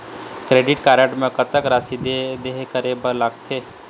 Credit card म कतक राशि देहे करे बर लगथे?